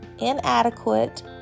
inadequate